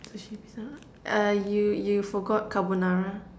sushi pizza uh you you forgot carbonara